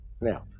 now